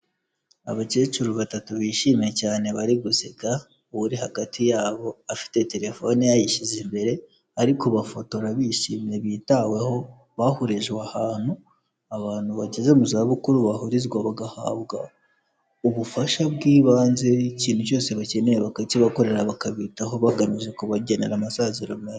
Abakecuru batatu bishimiye cyane bari guseka, uri hagati yabo afite telefone yayishyize imbere, ari kubafotora bishimye bitaweho, bahurijwe ahantu, abantu bageze mu zabukuru bahurizwa bagahabwa ubufasha bw'ibanze ikintu cyose bakeneye bakakibakorera bakabitaho bagamije kubagenera amasaziro meza.